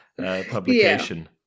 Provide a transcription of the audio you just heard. publication